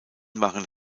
waren